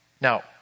Now